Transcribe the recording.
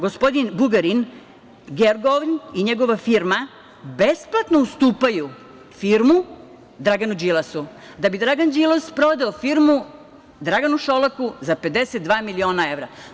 Gospodin Bugarin Gergov i njegova firma besplatno ustupaju firmu Draganu Đilasu da bi Dragan Đilas prodao firmu Draganu Šolaku za 52 miliona evra.